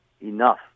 enough